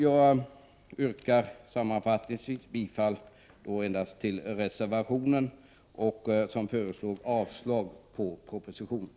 Jag yrkar sammanfattningsvis bifall till reservationen, som gäller avslag på propositionen.